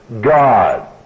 God